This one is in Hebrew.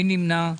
מי נמנע?